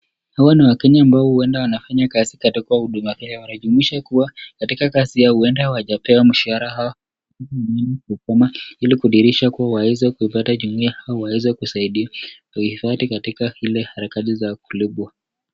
Hawa ni waKenya ambao huenda wanafanya kazi katika Huduma Kenya, wanajumuisha kuwa, katika kazi yao huenda hawajapewa mshahara au wamekuja mjini kugoma, ili kudiirisha kuwa waweze kupata jumuia au waweze kusaidiwa, kuhifadhi katika ile harakati za kulibwa.